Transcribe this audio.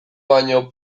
baino